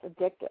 addictive